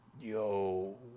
Yo